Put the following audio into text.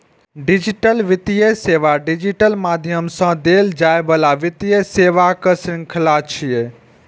digital वित्तीय सेवा digital माध्यम सं देल जाइ बला वित्तीय सेवाक शृंखला छियै